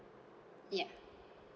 yeah